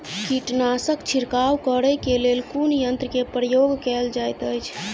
कीटनासक छिड़काव करे केँ लेल कुन यंत्र केँ प्रयोग कैल जाइत अछि?